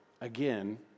again